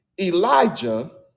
Elijah